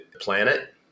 planet